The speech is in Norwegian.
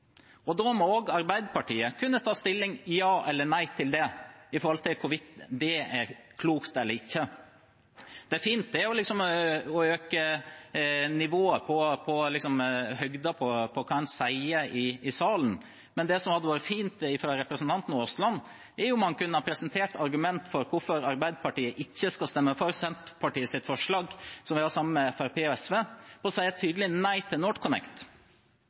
Da må også Arbeiderpartiet kunne ta stilling – ja eller nei – til det, i forhold til om det er klokt eller ikke. Det er fint å øke nivået på hva en sier i salen, men det hadde vært fint om representanten Aasland kunne ha presentert argumenter for hvorfor Arbeiderpartiet ikke skal stemme for Senterpartiets forslag som vi har sammen med Fremskrittspartiet og SV, som sier tydelig nei til NorthConnect.